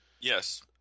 Yes